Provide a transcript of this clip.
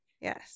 yes